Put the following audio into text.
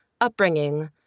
upbringing